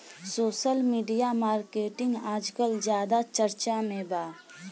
social media marketing आजकल ज्यादा चर्चा में बा